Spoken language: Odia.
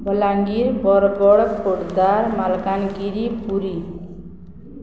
ବଲାଙ୍ଗୀର ବରଗଡ଼ ଖୋର୍ଦ୍ଧା ମାଲକାନଗିରି ପୁରୀ